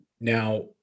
Now